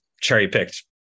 cherry-picked